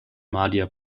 madhya